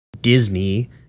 Disney